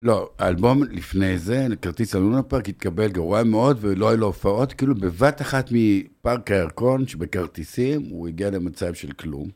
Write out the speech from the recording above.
לא, האלבום לפני זה, כרטיס הלונה פארק התקבל גרוע מאוד ולא הייתה לו הופעות, כאילו בבת אחת מפארק הירקון שבכרטיסים הוא הגיע למצב של כלום.